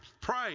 pray